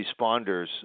responders